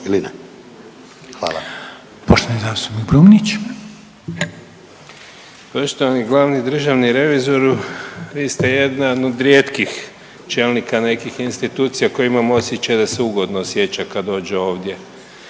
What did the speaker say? Zvane (Nezavisni)** Poštovani glavni državni revizoru vi ste jedan od rijetkih čelnika nekih institucija koji imam osjećaj da se ugodno osjeća kada dođe ovdje.